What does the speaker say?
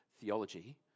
theology